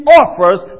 offers